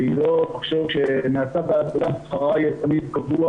שהיא לא תחשוב ששכרה יהיה תמיד קבוע